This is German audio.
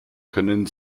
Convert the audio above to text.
können